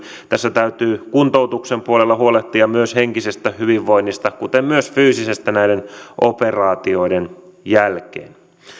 tässä täytyy kuntoutuksen puolella huolehtia henkisestä hyvinvoinnista kuten myös fyysisestä näiden operaatioiden jälkeen